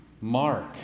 Mark